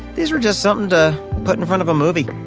these were just something to put in front of a movie.